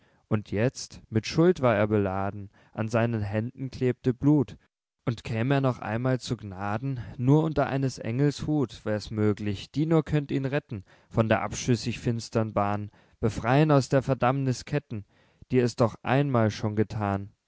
und jetzt mit schuld war er beladen an seinen händen klebte blut und käm er noch einmal zu gnaden nur unter eines engels hut wär's möglich die nur könnt ihn retten von der abschüssig finstern bahn befrei'n aus der verdammniß ketten die es doch einmal schon gethan